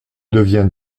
devient